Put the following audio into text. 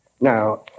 Now